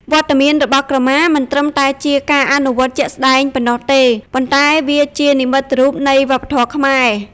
វត្តមានរបស់ក្រមាមិនត្រឹមតែជាការអនុវត្តជាក់ស្តែងប៉ុណ្ណោះទេ ប៉ុន្តែវាជានិមិត្តរូបនៃវប្បធម៌ខ្មែរ។